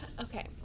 Okay